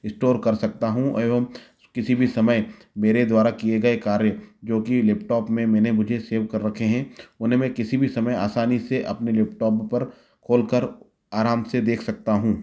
store कर सकता हूँ एवं किसी भी समय मेरे द्वारा किए गए कार्य जोकि लेपटॉप में मैंने मुझे सेव कर रखे हैं उन्हें मैं किसी भी समय आसानी से अपने लेपटॉप पर खोल कर आराम से देख सकता हूँ